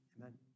Amen